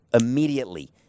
immediately